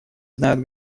знают